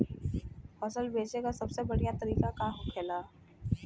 फसल बेचे का सबसे बढ़ियां तरीका का होखेला?